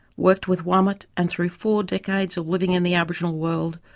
worked with wamut, and through four decades of living in the aboriginal world,